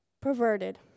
perverted